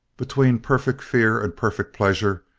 between perfect fear and perfect pleasure,